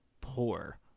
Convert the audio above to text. poor